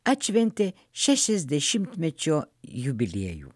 atšventė šešiasdešimtmečio jubiliejų